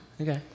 Okay